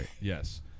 Yes